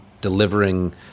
delivering